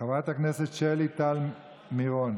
שלי טל מירון.